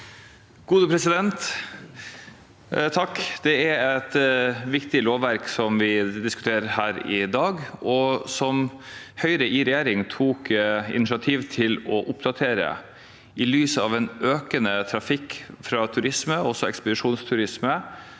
(H) Det er et vik- tig lovverk vi diskuterer her i dag, som Høyre i regjering tok initiativ til å oppdatere i lys av en økende trafikk fra turisme – også ekspedisjonsturisme